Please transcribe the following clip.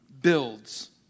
builds